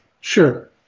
Sure